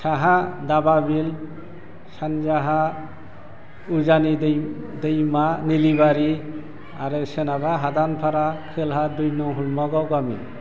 साहा दाबाबिल सानजाहा उजानि दै दैमा निलिबारि आरो सोनाबहा हादानफारा खोलाहा दैमु हलमागाव गामि